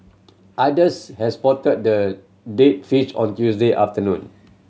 others had spotted the dead fish on Tuesday afternoon